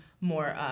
more